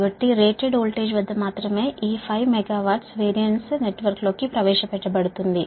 కాబట్టి rated voltage వద్ద మాత్రమే ఈ 5 మెగా VAR నెట్వర్క్లోకి ప్రవేశపెట్టబడుతుంది